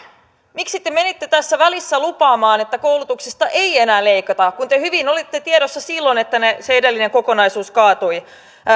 miksi te menitte tässä välissä lupaamaan että koulutuksesta ei enää leikata kun hyvin oli tiedossa silloin että se edellinen kokonaisuus kaatui